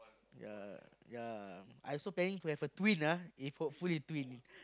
ya ya I also planning to have a twin ah if hopefully twin